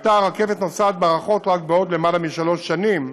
הייתה הרכבת נוסעת בהארכות רק בעוד למעלה משלוש שנים,